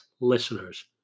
listeners